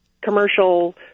commercial